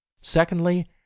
secondly